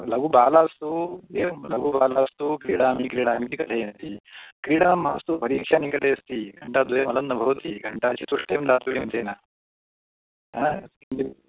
लघु बालास्तु एवं लघु बालास्तु क्रीडामि क्रीडामि इति कथयन्ति क्रीडा मास्तु परीक्षा निकटे अस्ति घण्टाद्वयम् अलं न भवति घण्टाचतुष्टयं दातव्यं तेन